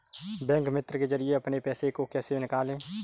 Bank मित्र के जरिए अपने पैसे को कैसे निकालें?